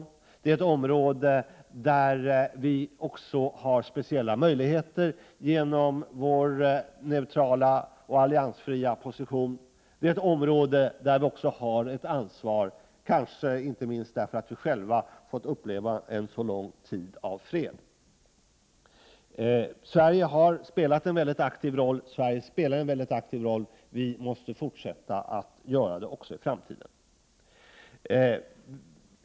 Det är ett område där vi också har speciella möjligheter genom vår neutrala och alliansfria position. Det är ett område där vi också har ett ansvar, kanske inte minst därför att vi själva fått uppleva en så lång tid av fred. Sverige har spelat och spelar en mycket aktiv roll och måste fortsätta att göra det också i framtiden.